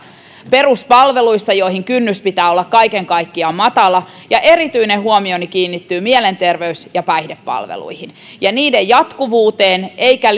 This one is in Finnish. peruspalveluissamme joihin kynnys pitää olla kaiken kaikkiaan matala erityinen huomioni kiinnittyy mielenterveys ja päihdepalveluihin ja niiden jatkuvuuteen eikä